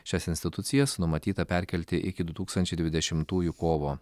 šias institucijas numatyta perkelti iki du tūkstančiai dvidešimtųjų kovo